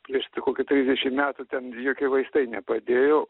prieš tai kokį trisdešim metų ten jokie vaistai nepadėjo